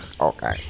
Okay